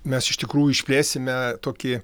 mes iš tikrųjų išplėsime tokį